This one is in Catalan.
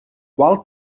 qual